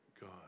God